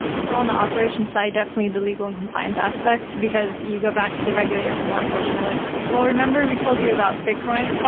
so on the operations side, definitely, the legal and compliance aspects, because you go back to the regulators and law enforcement like, well, remember we told you about bitcoin?